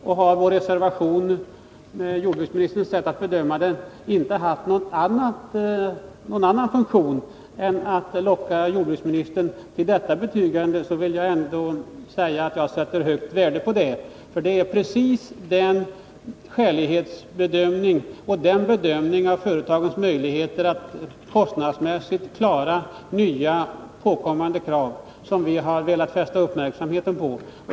Om vår reservation enligt jordbruksministerns sätt att bedöma den inte har haft någon annan funktion än att locka jordbruksministern till detta betygande, vill jag säga att det ändå är värdefullt. Det är precis den bedömningen av företagens möjligheter att kostnadsmässigt klara nya påkommande krav som vi har velat fästa uppmärksamheten på.